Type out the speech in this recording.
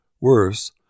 Worse